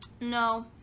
no